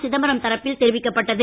சிதம்பரம் தரப்பில் தெரிவிக்கப்பட்டது